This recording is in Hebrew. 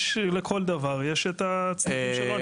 לכל דבר יש את התסכול שלו.